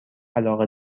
علاقه